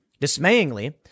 Dismayingly